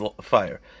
fire